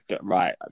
right